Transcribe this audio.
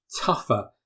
tougher